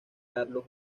carlos